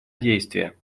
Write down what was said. действие